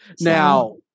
Now